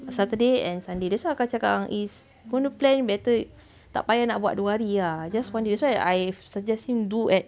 saturday and sunday that's why kakak cakap dengan izz guna plan better tak payah nak buat dua hari lah just one day so I I suggest him do at